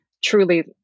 truly